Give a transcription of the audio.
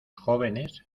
jóvenes